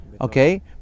Okay